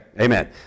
amen